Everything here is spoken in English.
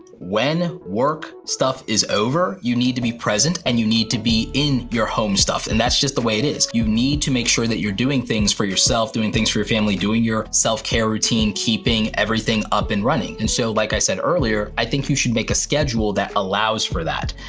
when work stuff is over, you need to be present and you need to be in your home stuff. and that's just the way it is. you need to make sure that you're doing things for yourself, doing things for your family, doing your self-care routine, keeping everything up and running. and so, like i said earlier, i think you should make a schedule that allows for that.